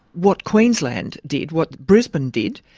what queensland did, what brisbane did,